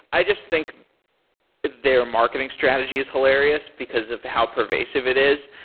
i just think their marketing strategy is hilarious, because of how pervasive it is,